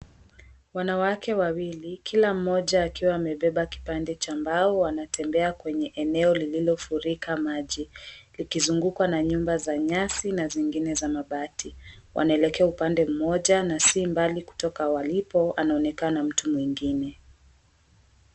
Wanawake wawili, kila mmoja akiwa amebeba kipande cha mbao, wanatembea kwenye eneo lililofurika maji, likizungukwa na nyumba za nyasi na zingine za mabati. Wanaelekea upande mmoja na si mbali kutoka walipo anaonekana mtu mwingine.